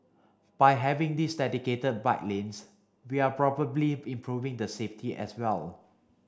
by having these dedicated bike lanes we're probably improving the safety as well